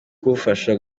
kugufasha